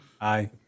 Aye